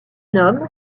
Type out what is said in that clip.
homme